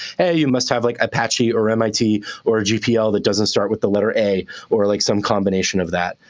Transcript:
hey, you must have like apache or mit or a gpl that doesn't start with the letter a or like some combination of that.